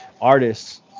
artists